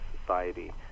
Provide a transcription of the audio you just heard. society